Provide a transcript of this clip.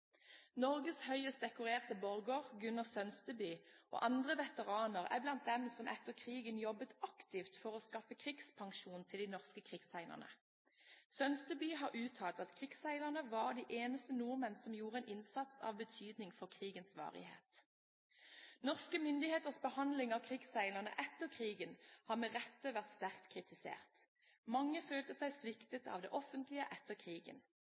Norges høyest dekorerte borger, Gunnar Sønsteby, og andre veteraner er blant dem som etter krigen jobbet aktivt for å skaffe krigspensjon til de norske krigsseilerne. Sønsteby har uttalt at krigsseilerne var de eneste nordmenn som gjorde en innsats av betydning for krigens varighet. Norske myndigheters behandling av krigsseilerne etter krigen har med rette vært sterkt kritisert. Mange følte seg sviktet av det offentlige etter krigen.